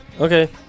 Okay